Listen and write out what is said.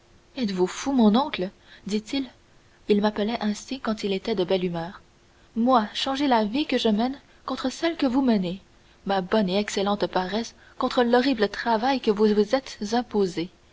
êtes-vous fou mon oncle dit-il il m'appelait ainsi quand il était de belle humeur moi changer la vie que je mène contre celle que vous menez ma bonne et excellente paresse contre l'horrible travail que vous vous êtes imposé